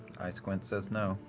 eye squint says no.